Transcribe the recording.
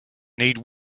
need